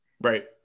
Right